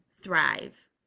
thrive